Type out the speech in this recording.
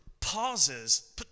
pauses